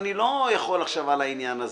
אני לא יכול עכשיו להתעכב על העניין הזה.